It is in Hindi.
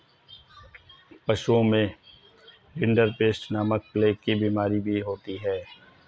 पशुओं में रिंडरपेस्ट नामक प्लेग की बिमारी भी होती है